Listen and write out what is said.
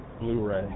Blu-ray